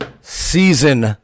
season